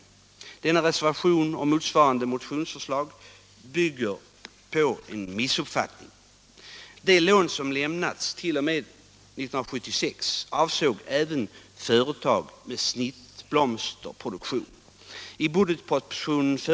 Denna reservation och motsvarande motionsförslag bygger på en missuppfattning.